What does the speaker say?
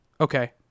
okay